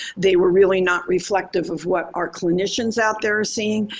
they were really not reflective of what our clinicians out there are saying.